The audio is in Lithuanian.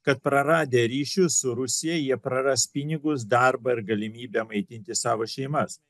kad praradę ryšius su rusija jie praras pinigus darbą ir galimybę maitinti savo šeimas